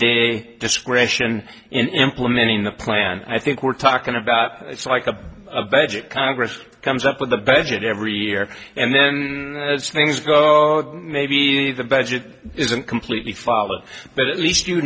day discretion in implementing the plan i think we're talking about it's like a badge of congress comes up with the badge and every year and then things go maybe the budget isn't completely followed but at least you